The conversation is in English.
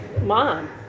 mom